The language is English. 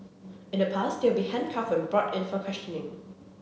in the past they would be handcuffed when brought in for questioning